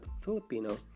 Filipino